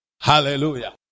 Hallelujah